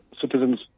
citizens